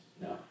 no